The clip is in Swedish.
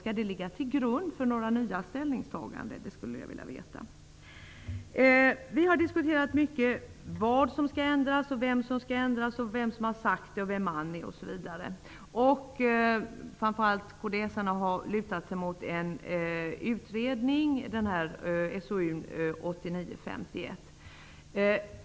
Skall de ligga till grund för nya ställningstaganden? Vi har diskuterat mycket om vad som skall ändras, vem som skall ändra, vem som har sagt vad, vem man är osv. Kds:arna, framför allt, har lutat sig mot en utredning, SOU 1989:51.